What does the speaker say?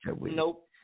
nope